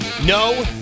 No